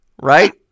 right